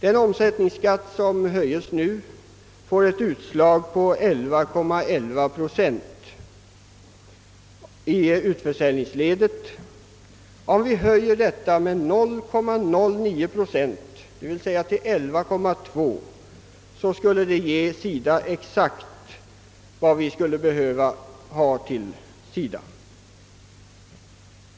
Den omsättningsskatt som höjes nu får ett utslag på 11,11 procent i utförsäljningsledet. Om vi höjer detta med 0,09 procent, d. v. s. till 11,2 procent, så skulle det ge SIDA exakt vad vi skulle behöva ge SIDA.